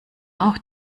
auch